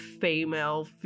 female